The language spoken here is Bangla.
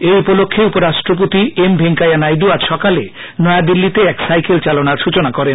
এই উপলক্ষ্যে উপরাষ্ট্রপতি এম ভেঙ্কাইয়া নাইডু আজ সকালে নয়াদিল্লিতে এক সাইকেল চালনার সূচনা করেন